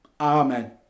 Amen